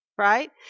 Right